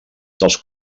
dels